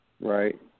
right